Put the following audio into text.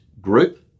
group